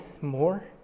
more